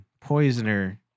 poisoner